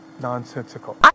nonsensical